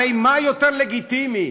הרי מה יותר לגיטימי?